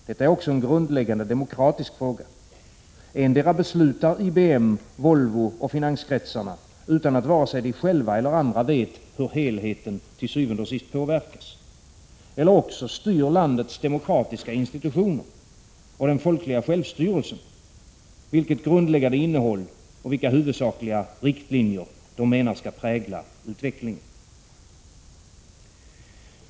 Detta är också en grundläggande demokratifråga. Endera beslutar IBM, Volvo och finanskretsarna utan ått vare sig de själva eller vi andra vet hur helheten til syvende og sidst påverkas, eller också bestämmer landets demokratiska institutioner och den folkliga självstyrelsen vilket grundläggande innehåll och vilka huvudsakliga riktlinjer de menar skall prägla utvecklingen.